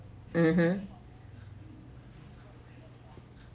mmhmm